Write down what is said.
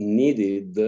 needed